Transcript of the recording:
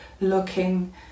looking